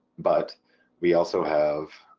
but we also have